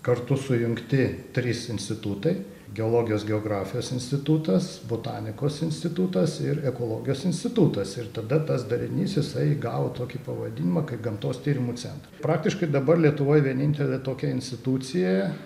kartu sujungti trys institutai geologijos geografijos institutas botanikos institutas ir ekologijos institutas ir tada tas darinys jisai įgavo tokį pavadinimą kaip gamtos tyrimų centr praktiškai dabar lietuvoj vienintelė tokia institucija